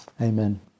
Amen